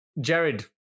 Jared